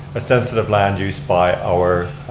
a sensitive land use by our